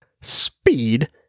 speed